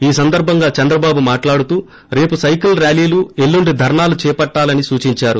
ఈ సందర్బంగా చంద్రబాబు మాటలాడుతూ రేపు సైకిల్ ర్యాలీలు ఎల్లుండి ధర్సాలు చేపట్టాలని సూచించారు